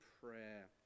prayer